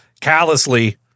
callously